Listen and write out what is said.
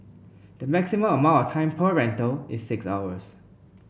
the maximum amount of time per rental is six hours